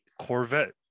Corvette